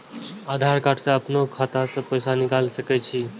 आधार कार्ड से अपनो खाता से पैसा निकाल सके छी?